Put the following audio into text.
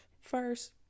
First